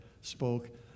spoke